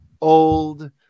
old